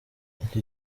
iki